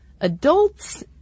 adults